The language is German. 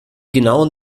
genauen